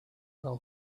fell